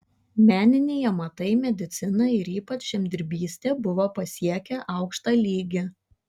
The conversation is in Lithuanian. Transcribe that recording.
meniniai amatai medicina ir ypač žemdirbystė buvo pasiekę aukštą lygį